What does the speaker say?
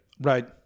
Right